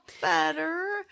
better